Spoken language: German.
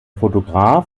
fotograf